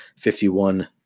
51